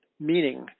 meaning